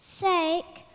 sake